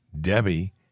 Debbie